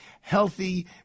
healthy